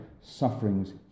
sufferings